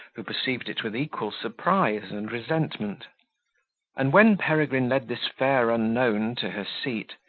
who perceived it with equal surprise and resentment and when peregrine led this fair unknown to her seat,